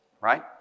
right